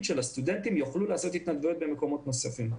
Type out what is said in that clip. שהסטודנטים יוכלו לעשות התנדבויות במקומות נוספים.